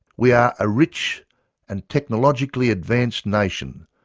we are a rich and technologically advanced nation,